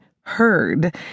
heard